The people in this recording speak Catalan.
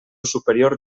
superior